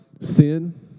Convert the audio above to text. sin